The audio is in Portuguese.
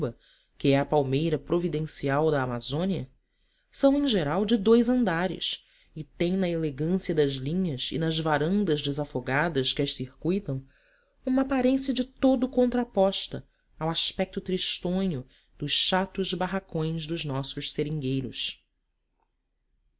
que é a palmeira providencial da amazônia são em geral de dois andares e têm na elegância das linhas e nas varandas desafogadas que as circuitam uma aparência de todo contraposta ao aspeto tristonho dos chatos barracões dos nossos seringueiros